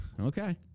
Okay